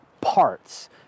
parts